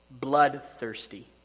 Bloodthirsty